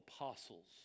apostles